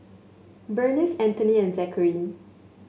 Berniece Anthoney and Zackary